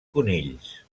conills